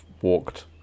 walked